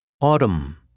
Autumn